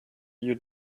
you